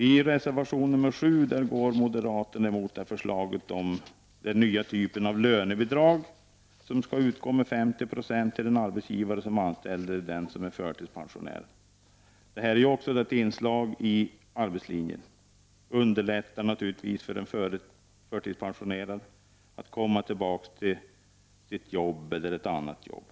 I reservation nr7 går utskottets moderata ledamöter emot förslaget om att det skall kunna utgå lönebidrag på högst 50 96 till den arbetsgivare som anställer en förtidspensionär. Förslaget skall ses som ett inslag i arbetslinjen. Det syftar till att underlätta för en förtidspensionär att komma tillbaka till sitt arbete eller få ett annat arbete.